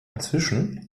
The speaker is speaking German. inzwischen